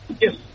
Yes